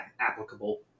applicable